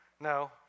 No